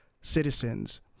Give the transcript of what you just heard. citizens